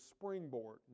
springboard